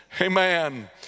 Amen